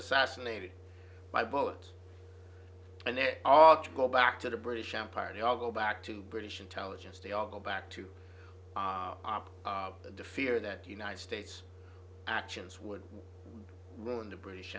assassinated by bullets and they all go back to the british empire they all go back to british intelligence they all go back to are of the defeater that united states actions would ruin the british